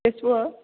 তেজপুৰৰ